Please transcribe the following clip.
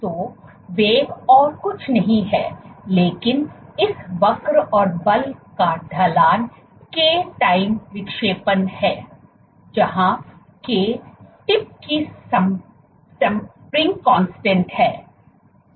तो वेग और कुछ नहीं लेकिन इस वक्र और बल का ढलान k टाइम विक्षेपण है जहां k टिप की सप्रिंग स्थिरांक है